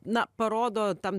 na parodo tam